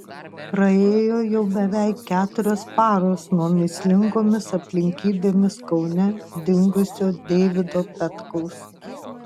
praėjo jau beveik keturios paros nuo mįslingomis aplinkybėmis kaune dingusio deivido petkaus